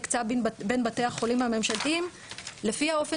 הקצה בין בתי החולים הממשלתיים לפי האופן